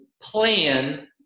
plan